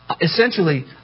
Essentially